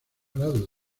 grado